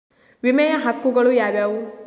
ವಿಮೆಯ ಹಕ್ಕುಗಳು ಯಾವ್ಯಾವು?